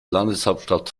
landeshauptstadt